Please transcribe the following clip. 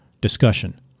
discussion